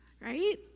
Right